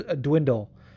dwindle